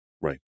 Right